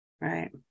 Right